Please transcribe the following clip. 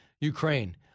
Ukraine